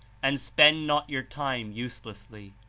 and spend not your time uselessly.